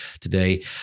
today